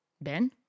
Ben